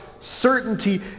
certainty